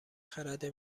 خرد